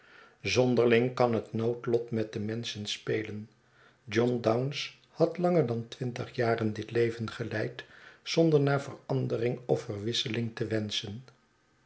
zonderling kan het noodlot met de menschen spelen john dounce had langer dan twintig jaren dit leven geleid zonder naar verandering of verwisseling te wenschen